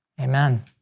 Amen